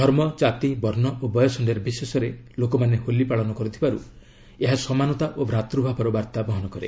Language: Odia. ଧର୍ମ କାତି ବର୍ଷ୍ଣ ଓ ବୟସ ନିର୍ବିଶେଷରେ ଲୋକମାନେ ହୋଲି ପାଳନ କରୁଥିବାରୁ ଏହା ସମାନତା ଓ ଭାତୂଭାବର ବାର୍ତ୍ତା ବହନ କରେ